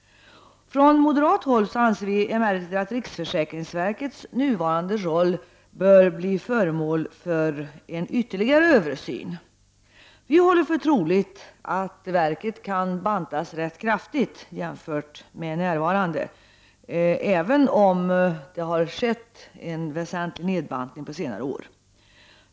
Från moderat håll anser vi emellertid att riksförsäkringsverkets nuvarande roll bör bli föremål för ytterligare översyn. Vi håller för troligt att verket kan bantas rätt kraftigt, även om det har skett en väsentlig nedbantning på senare år.